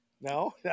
No